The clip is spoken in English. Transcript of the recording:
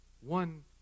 one